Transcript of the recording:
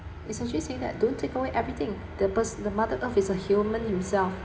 essentially say that don't take away everything the pers~ the mother earth is a human himself